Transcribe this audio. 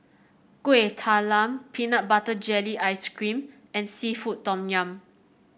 Kueh Talam Peanut Butter Jelly Ice cream and seafood Tom Yum